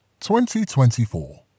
2024